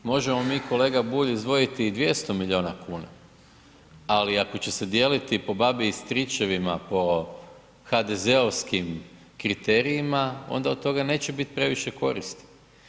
Možemo mi kolega Bulj izdvojiti i 200 miliona kuna, ali ako će se dijeliti po babi i stričevima po HDZ-ovisim kriterijima ona od toga neće biti previše koristi.